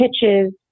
pitches